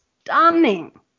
stunning